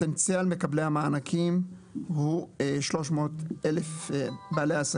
פוטנציאל מקבלי המענקים הוא 300,000 בעלי עסקים.